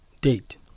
date